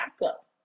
backup